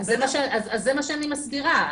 --- זה מה שאני מסבירה,